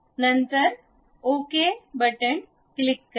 नंतर okay click करा